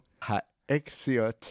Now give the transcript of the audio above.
Ha-Exiot